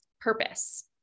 purpose